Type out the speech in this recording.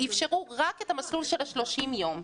אפשרו רק את המסלול של ה-30 ימים.